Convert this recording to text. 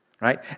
right